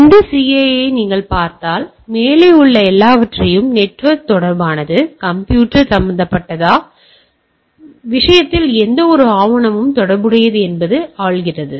எனவே இந்த சிஐஏவை நீங்கள் பார்த்தால் மேலே உள்ள எல்லாவற்றையும் இது நெட்வொர்க் தொடர்பானது கம்ப்யூட்டர் சம்பந்தப்பட்டதா அந்த விஷயத்தில் எந்தவொரு ஆவணமும் தொடர்புடையது என்பதை ஆளுகிறது